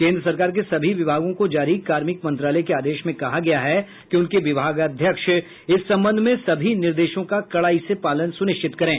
केंद्र सरकार के सभी विभागों को जारी कार्मिक मंत्रालय के आदेश में कहा गया है कि उनके विभागाध्यक्ष इस संबंध में सभी निर्देशों का कड़ाई से पालन सुनिश्चित करें